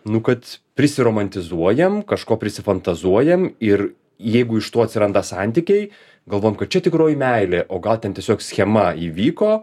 nu kad prisiromantizuojam kažko prisifantazuojam ir jeigu iš to atsiranda santykiai galvojom kad čia tikroji meilė o gal ten tiesiog schema įvyko